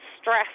stress